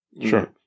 Sure